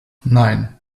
nein